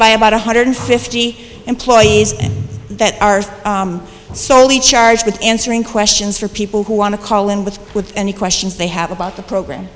by about one hundred fifty employees that are sorely charged with answering questions for people who want to call in with any questions they have about the program